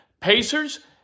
Pacers